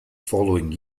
following